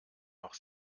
noch